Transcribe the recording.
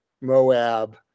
Moab